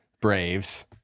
Braves